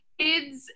kids